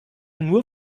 nur